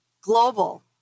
global